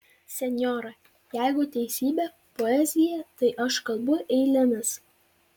senjora jeigu teisybė poezija tai aš kalbu eilėmis